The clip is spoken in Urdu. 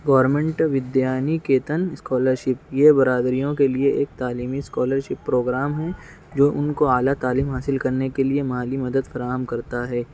گورنمنٹ ودیانی کیتن اسکالرشپ یہ برادریوں کے لیے ایک تعلیمی اساکلرشپ پروگرام ہے جو ان کو اعلیٰ تعلیم حاصل کرنے کے لیے مالی مدد فراہم کرتا ہے